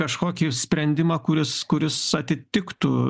kažkokį sprendimą kuris kuris atitiktų